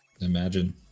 imagine